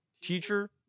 teacher